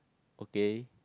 okay